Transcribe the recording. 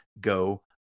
go